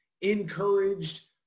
encouraged